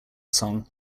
song